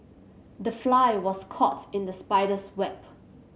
the fly was caught in the spider's web